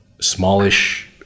smallish